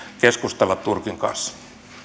keskustella turkin kanssa